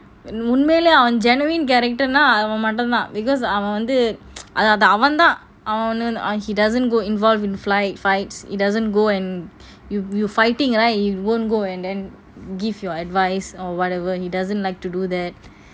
உண்மையிலே அவன்:unmaiyiley avan genuine character ந அவன் மட்டும் தான்:na avan matum thaan because அவன் வந்து அது அவன் தான்:avan vanthu athu avan thaan he doesn't go involve in flight fights he doesn't go and you fighting right he won't go and then give your advice or whatever he doesn't like to do that